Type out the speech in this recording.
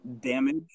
damage